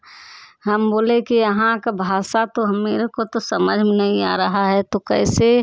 हम बोले कि यहाँ का भाषा तो मेरे को तो समझ में नहीं आ रहा है तो कैसे